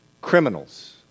Criminals